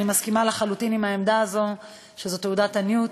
אני מסכימה לחלוטין עם העמדה הזאת שזו תעודות עניות